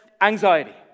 anxiety